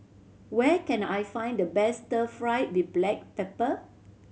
where can I find the best stir fried with black pepper